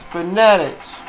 Fanatics